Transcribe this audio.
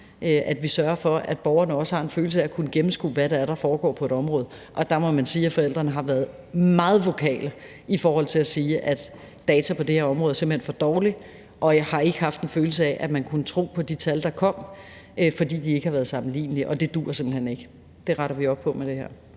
at vi sørger for, at borgerne også har en følelse af at kunne gennemskue, hvad det er, der foregår på et område. Og der må man sige, at forældrene har været meget vokale i forhold til at sige, at data på det her område simpelt hen er for dårlige; og jeg har ikke haft en følelse af, at man kunne tro på de tal, der kom, fordi de ikke har været sammenlignelige, og det duer simpelt hen ikke, men det retter vi op på med det her.